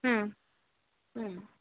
ம் ம்